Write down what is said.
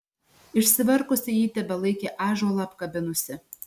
išsiverkusi ji tebelaikė ąžuolą apkabinusi